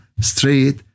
straight